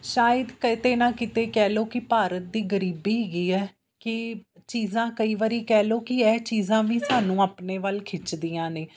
ਸ਼ਾਇਦ ਕਿਤੇ ਨਾ ਕਿਤੇ ਕਹਿ ਲਓ ਕਿ ਭਾਰਤ ਦੀ ਗਰੀਬੀ ਹੈਗੀ ਐ ਕਿ ਚੀਜ਼ਾਂ ਕਈ ਵਾਰੀ ਕਹਿ ਲਓ ਕਿ ਇਹ ਚੀਜ਼ਾਂ ਵੀ ਸਾਨੂੰ ਆਪਣੇ ਵੱਲ ਖਿੱਚਦੀਆਂ ਨੇ